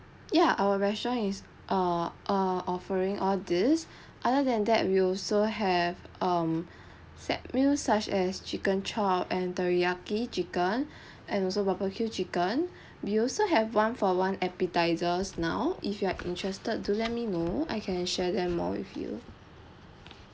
ya our restaurants is are are offering all these other than that we also have um set meals such as chicken chop and teriyaki chicken and also barbeque chicken we also have one for one appetizers now if you are interested do let me know I can share them more with you